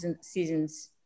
seasons